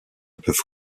peuvent